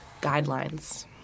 guidelines